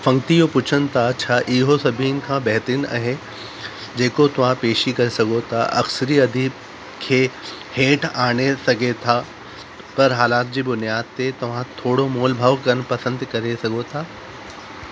फ़कंती इहो पुछनि था छा इहो सभिनी खां बहितरीन आहे जेको तव्हां पेशि करे सघो था अक्सरीअ अध खे हेठि आणे सघो था पर हालति जे बुनियाद ते तव्हां थोरो मोलभाउ करणु पसंदि करे सघो था